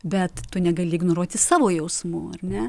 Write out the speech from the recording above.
bet tu negali ignoruoti savo jausmų ar ne